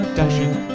dashing